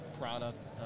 product